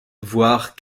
voire